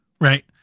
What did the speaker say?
right